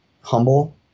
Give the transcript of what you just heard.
humble